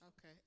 Okay